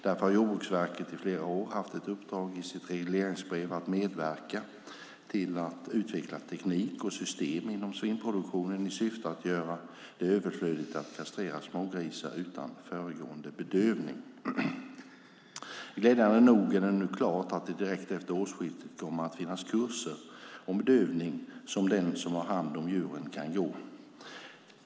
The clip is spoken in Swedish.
Därför har Jordbruksverket i flera år haft ett uppdrag i sitt regleringsbrev att "medverka till att utveckla teknik och system inom svinproduktionen i syfte att göra det överflödigt att kastrera smågrisar utan föregående bedövning". Glädjande nog är det nu klart att det direkt efter årsskiftet kommer att finnas kurser om bedövning som de som har hand om djuren kan gå.